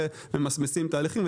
והם ממסמסים תהליכים,